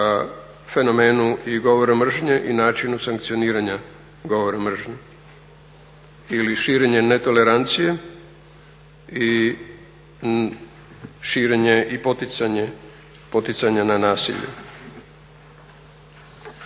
fenomenu i govoru mržnje i načinu sankcioniranja govora mržnje ili širenje netolerancije i širenje i poticanje na nasilje.